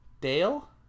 Dale